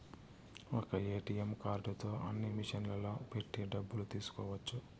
ఒక్క ఏటీఎం కార్డుతో అన్ని మిషన్లలో పెట్టి డబ్బులు తీసుకోవచ్చు